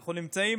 אנחנו נמצאים